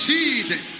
Jesus